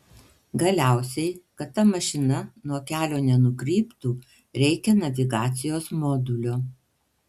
galiausiai kad ta mašina nuo kelio nenukryptų reikia navigacijos modulio